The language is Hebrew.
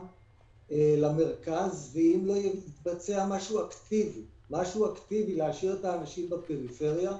למרכז ואם לא יתבצע משהו אקטיבי להשאיר את האנשים בפריפריה,